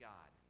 God